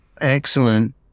excellent